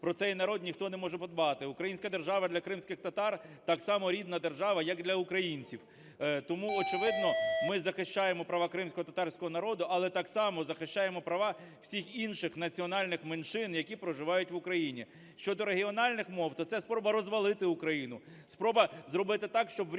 Про цей народ ніхто не може подбати. Українська держава для кримських татар так само рідна держава, як і для українців. Тому, очевидно, ми захищаємо права кримськотатарського народу, але так само захищаємо права всіх інших національних меншин, які проживають в Україні. Щодо регіональних мов, то це спроба розвалити Україну, спроба зробити так, щоб в різних